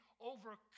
overcome